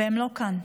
והם לא כאן.